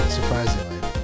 surprisingly